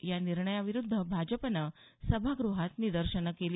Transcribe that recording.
या निर्णयाविरुद्ध भाजपनं सभाग्रहात निदर्शनं केली